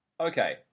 Okay